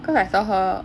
cause I saw her